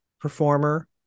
performer